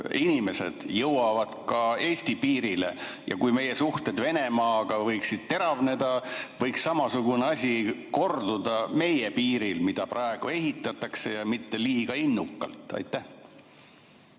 inimesed jõuavad ka Eesti piirile? Kui meie suhted Venemaaga peaksid teravnema, võiks samasugune asi korduda meie piiril, mida praegu ehitatakse ja mitte liiga innukalt. Hea